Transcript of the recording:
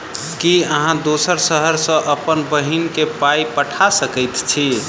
की अहाँ दोसर शहर सँ अप्पन बहिन केँ पाई पठा सकैत छी?